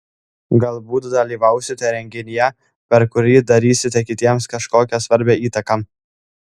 galbūt dalyvausite renginyje per kurį darysite kitiems kažkokią svarbią įtaką